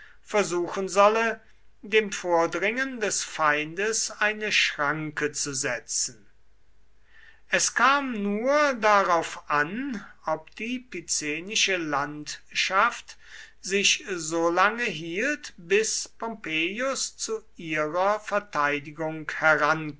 versuchen solle dem vordringen des feindes eine schranke zu setzen es kam nur darauf an ob die picenische landschaft sich so lange hielt bis pompeius zu ihrer verteidigung herankam